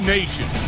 Nation